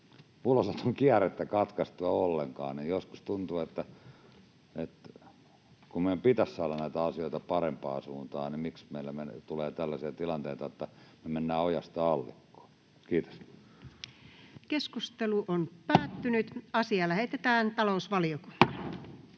ulosoton kierrettä katkaistua ollenkaan. Joskus tuntuu, että kun meidän pitäisi saada näitä asioita parempaan suuntaan, miksi meillä tulee tällaisia tilanteita, että me mennään ojasta allikkoon. — Kiitos. Edustajantoimesta vapautetun Juhana